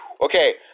Okay